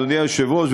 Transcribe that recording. אדוני היושב-ראש,